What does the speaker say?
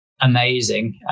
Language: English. amazing